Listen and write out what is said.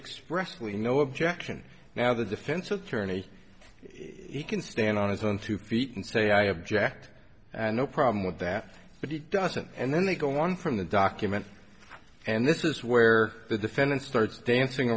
expressly no objection now the defense attorney you can stand on his own two feet and say i object and no problem with that but it doesn't and then they go one from the document and this is where the defendant starts dancing